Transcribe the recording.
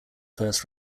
first